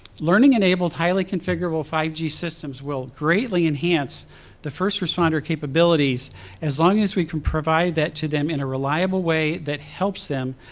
learning-enabled highly configurable five g systems will greatly enhance the first responder capabilities capabilities as long as we can provide that to them in a reliable way that helps them,